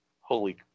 holy